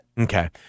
Okay